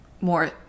more